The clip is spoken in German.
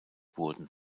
wurden